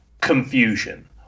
confusion